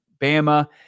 Bama